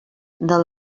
del